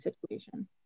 situation